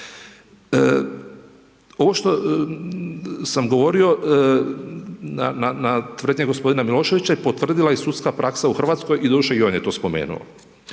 Ovo što sam govorio na tvrdnje g. Miloševića, je potvrdila i sudska praksa u Hrvatskoj i doduše on je to spomenuo.